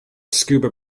scuba